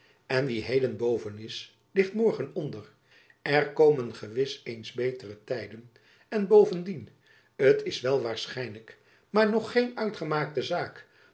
en wie heden boven is ligt morgen onder er komen gewis eens betere tijden en bovendien t is wel waarschijnlijk maar nog geen uitgemaakte zaak